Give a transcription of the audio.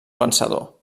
vencedor